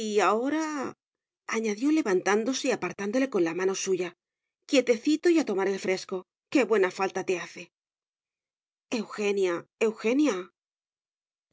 y ahoraañadió levantándose y apartándole con la mano suya quietecito y a tomar el fresco que buena falta te hace eugenia eugenia